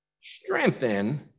strengthen